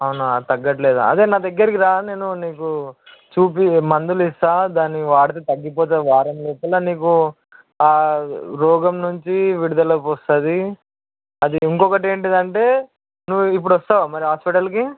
అవునా తగ్గట్లేదా అదే నా దగ్గరికి రా నేను నీకు చూపి మందులు ఇస్తాను దాన్ని వాడితే తగ్గిపోతుంది వారం లోపల నీకు ఆ రోగం నుంచి విడుదల వస్తుంది అది ఇంకొకటి ఏంటంటే నువ్వు ఇప్పుడు వస్తవా మరి హాస్పిటల్కి